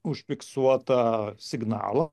užfiksuotą signalą